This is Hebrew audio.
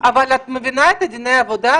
את מבינה את דיני העבודה?